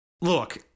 Look